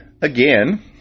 Again